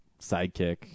sidekick